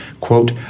quote